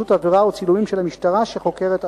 עבירה או צילומים של המשטרה שחוקרת עבירות.